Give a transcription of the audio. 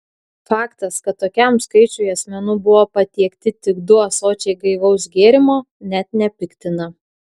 faktas kad tokiam skaičiui asmenų buvo patiekti tik du ąsočiai gaivaus gėrimo net nepiktina